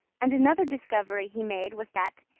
and another discovery he made was that,